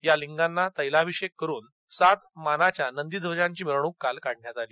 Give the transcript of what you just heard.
या लिंगांना तैलाभिषेक करुन सात मानाच्या नंदीध्वजाची मिरवणूक काल काढण्यात आली